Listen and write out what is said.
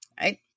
right